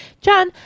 John